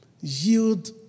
yield